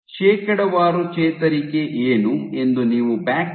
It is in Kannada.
ಶೇಕಡಾವಾರು ಚೇತರಿಕೆ ಏನು ಎಂದು ನೀವು ಬ್ಯಾಕ್ಟ್ರಾಕ್ ಮಾಡಬಹುದು